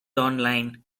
online